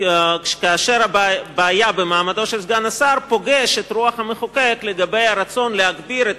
כאשר הבעיה במעמדו של סגן השר פוגשת את רוח המחוקק לגבי הרצון להגביר את